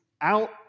out